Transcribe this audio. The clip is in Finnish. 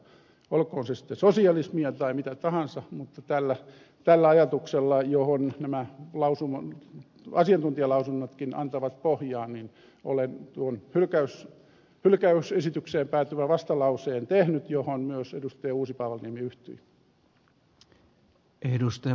olkoon se sitten sosialismia tai mitä tahansa mutta tällä ajatuksella johon nämä asiantuntijalausunnotkin antavat pohjaa niin olen tuon hylkäysesitykseen päätyvän vastalauseen tehnyt johon myös edustaja uusipaavalniemi yhtyy